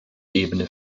ebene